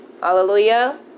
Hallelujah